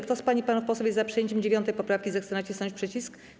Kto z pań i panów posłów jest za przyjęciem 9. poprawki, zechce nacisnąć przycisk.